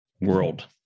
world